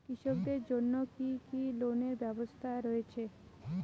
কৃষকদের জন্য কি কি লোনের ব্যবস্থা রয়েছে?